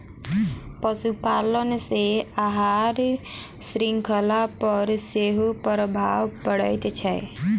पशुपालन सॅ आहार शृंखला पर सेहो प्रभाव पड़ैत छै